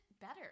better